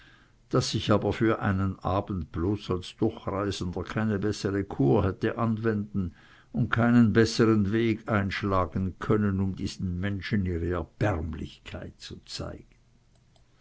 daß ich aber für einen abend bloß als durchreisender keine bessere kur hätte anwenden und keinen bessern weg hätte einschlagen können um diesen menschen ihre erbärmlichkeit zu zeigen